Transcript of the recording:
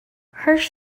hirsch